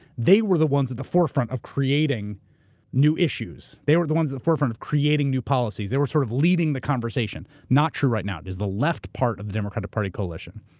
they were the ones at the forefront of creating new issues. they were the ones at the forefront of creating new policies. they were sort of leading the conversation. not true right now. is the left part of the democratic party coalition.